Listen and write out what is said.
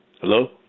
Hello